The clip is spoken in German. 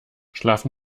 schlafen